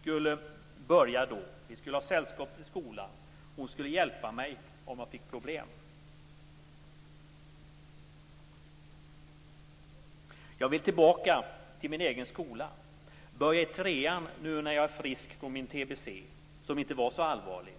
skulle börja då. Vi skulle ha sällskap till skolan, hon skulle hjälpa mig om jag fick problem. Jag vill ju tillbaka till min egen skola, börja i trean nu när jag är frisk från min tbc, som inte var så allvarlig.